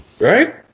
Right